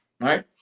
Right